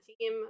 team